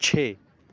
چھ